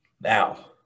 Now